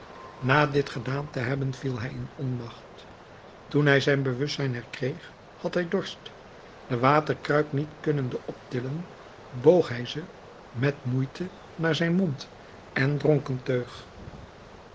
na dit gedaan te hebben viel hij in onmacht toen hij zijn bewustzijn herkreeg had hij dorst de waterkruik niet kunnende optillen boog hij ze met moeite naar zijn mond en dronk een teug